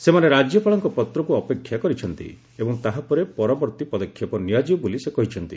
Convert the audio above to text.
ସେମାନେ ରାଜ୍ୟପାଳଙ୍କ ପତ୍ରକୁ ଅପେକ୍ଷା କରିଛନ୍ତି ଏବଂ ତାହାପରେ ପରବର୍ତ୍ତୀ ପଦକ୍ଷେପ ନିଆଯିବ ବୋଲି ସେ କହିଛନ୍ତି